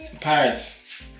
Pirates